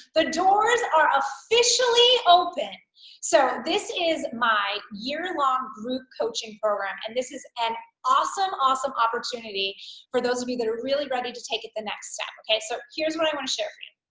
the doors are officially open so this is my year-long group coaching program and this is an awesome awesome opportunity for those of you that are really ready to take it the next step okay so here's what i want to share with you.